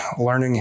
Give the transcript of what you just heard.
learning